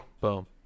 boom